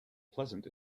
pleasant